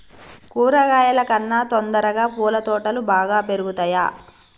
కూరగాయల కన్నా తొందరగా పూల తోటలు బాగా పెరుగుతయా?